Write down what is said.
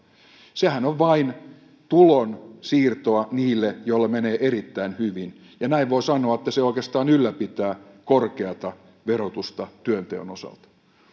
sehän on vain tulonsiirtoa niille joilla menee erittäin hyvin ja näin voi sanoa että se oikeastaan ylläpitää korkeata verotusta työnteon osalta